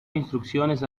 instrucciones